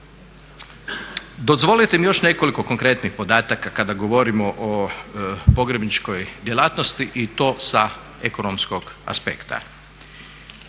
Dozvolite mi još nekoliko konkretnih podataka kada govorimo o pogrebničkoj djelatnosti i to sa ekonomskog aspekta.